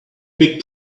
big